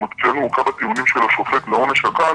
אצלנו כמה מהטיעונים של השופט לעונש הקל